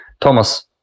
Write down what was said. Thomas